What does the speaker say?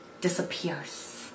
disappears